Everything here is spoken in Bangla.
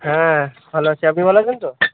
হ্যাঁ ভালো আছি আপনি ভালো আছেন তো